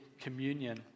communion